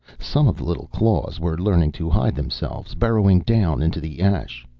some of the little claws were learning to hide themselves, burrowing down into the ash,